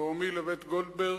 נעמי לבית גולדברג.